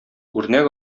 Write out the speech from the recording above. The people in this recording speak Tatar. үрнәк